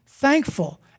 thankful